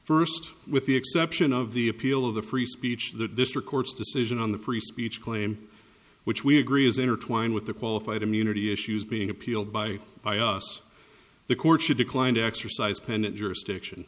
first with the exception of the appeal of the free speech the district court's decision on the priest beach claim which we agree is intertwined with the qualified immunity issues being appealed by by us the court should decline to exercise pendent